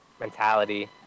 mentality